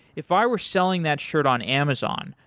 if i were selling that shirt on amazon,